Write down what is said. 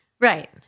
Right